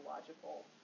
logical